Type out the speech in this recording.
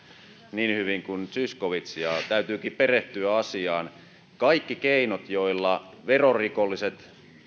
niin hyvin kuin zyskowicz ja täytyykin perehtyä asiaan kaikki keinot joilla verorikolliset